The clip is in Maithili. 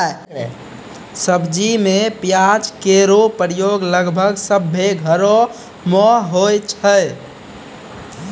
सब्जी में प्याज केरो प्रयोग लगभग सभ्भे घरो म होय छै